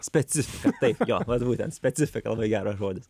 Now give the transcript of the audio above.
specifika taip jo būtent specifika labai geras žodis